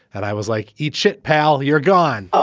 and i was like, eat shit, pal. you're gone.